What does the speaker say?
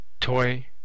toy